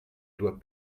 doit